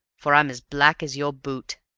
for i'm as black as your boot.